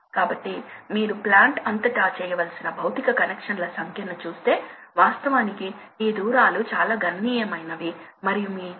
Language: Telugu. కాబట్టి మళ్ళీ మీరు దాన్ని స్విచ్ ఆన్ స్విచ్ ఆఫ్ చేస్తే ప్రాథమికంగా ఇది ప్రవాహం రేటు Qmax అయితే సగటు ప్రవాహం రేటు ఈ విధంగా ఉంటుంది Qmax x ఇది తెలుసుకోవడం చాలా సులభం ఇది ton మరియు ఇది toff